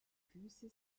füße